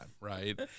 right